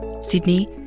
Sydney